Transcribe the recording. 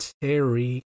Terry